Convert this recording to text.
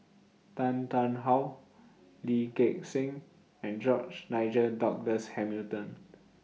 Tan Tarn How Lee Gek Seng and George Nigel Douglas Hamilton